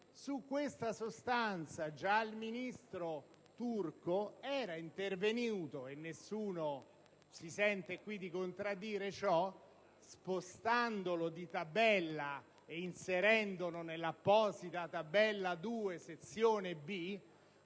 su di esso già il ministro Turco era intervenuto (nessuno si sente qui di contraddirlo) spostandolo di tabella e inserendolo nell'apposita tabella II, sezione B,